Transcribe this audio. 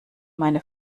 meine